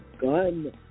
gun